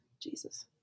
Jesus